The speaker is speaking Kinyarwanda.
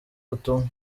butumwa